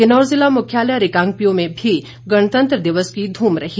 किन्नौर ज़िला मुख्यालय रिकांगपिओ में भी गणतंत्र दिवस की ध्रम रही